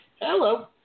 Hello